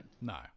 No